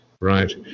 right